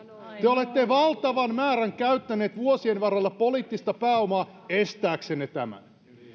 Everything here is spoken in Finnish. te te olette valtavan määrän käyttäneet vuosien varrella poliittista pääomaa estääksenne